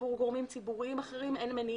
עבור גורמים ציבוריים אין מניעה,